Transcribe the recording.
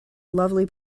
lovely